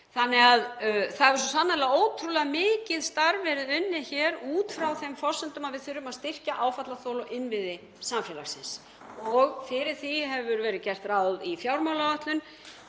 Það hefur svo sannarlega ótrúlega mikið starf verið unnið hér út frá þeim forsendum að við þurfum að styrkja áfallaþol og innviði samfélagsins og fyrir því hefur verið gert ráð í fjármálaáætlun.